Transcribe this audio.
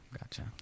gotcha